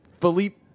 philippe